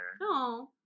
No